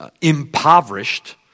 impoverished